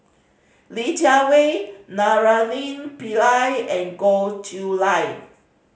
Li Jiawei Naraina Pillai and Goh Chiew Lye